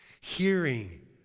hearing